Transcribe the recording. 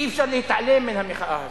אי-אפשר להתעלם מהמחאה הזאת.